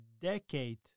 decade